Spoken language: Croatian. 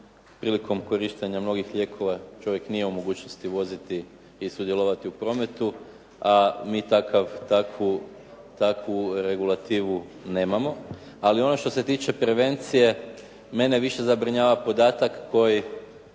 prilikom korištenja mnogih lijekova, čovjek nije u mogućnosti voziti i sudjelovati u prometu, a mi takvu regulativu. Ali ono što se tiče prevencije, mene više zabrinjava podatak koji